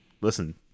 listen